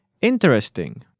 interesting